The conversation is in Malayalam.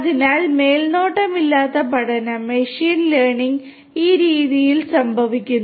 അതിനാൽ മേൽനോട്ടമില്ലാത്ത പഠനം മെഷീൻ ലേണിംഗ് ഈ രീതിയിൽ സംഭവിക്കുന്നു